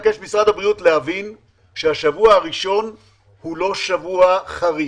כדי להבין שהשבוע הראשון הוא לא שבוע חריג.